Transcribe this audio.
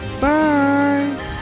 Bye